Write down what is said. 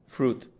fruit